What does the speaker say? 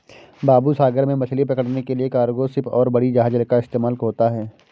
बाबू सागर में मछली पकड़ने के लिए कार्गो शिप और बड़ी जहाज़ का इस्तेमाल होता है